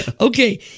okay